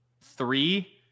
Three